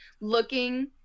looking